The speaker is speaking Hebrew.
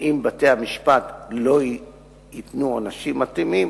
ואם בתי-המשפט לא ייתנו עונשים מתאימים,